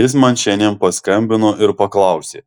jis man šiandien paskambino ir paklausė